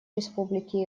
республики